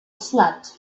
slept